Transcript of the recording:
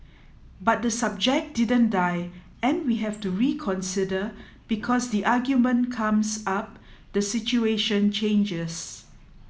but the subject didn't die and we have to reconsider because the argument comes up the situation changes